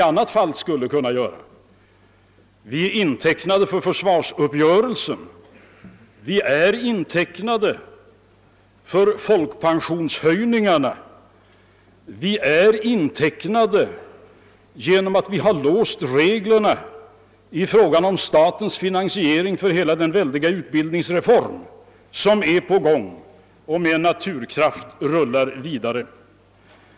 Vi är intecknade för försvarsuppgörelsen, vi är intecknade för folkpensionshöjningarna, vi är intecknade genom att vi har låst reglerna i fråga om statens finansiering för hela den väldiga utbildningsreform som är på gång och som med naturkraft rullar vidare.